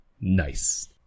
Nice